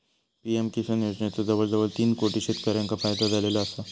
PM Kisan योजनेचो जवळजवळ तीन कोटी शेतकऱ्यांका फायदो झालेलो आसा